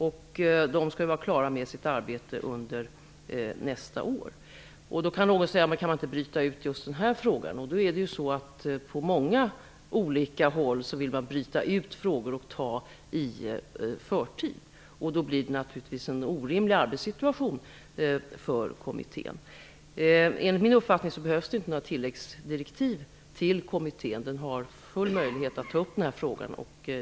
Utredningen skall bli klar med sitt arbete under nästa år. Någon kan då fråga sig varför man inte kan bryta ut just den här frågan. På många olika håll vill man bryta ut frågor som man vill behandla med förtur. Kommitténs arbetssituation blir då orimlig. Enligt min uppfattning behöver kommittén inga tilläggsdirektiv. Den har full möjlighet att ta upp den här frågan.